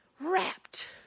Wrapped